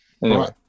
right